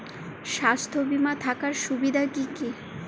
স্বাস্থ্য বিমা থাকার সুবিধা কী কী?